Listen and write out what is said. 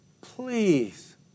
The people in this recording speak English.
Please